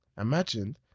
Imagine